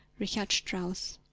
richard strauss.